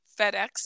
FedEx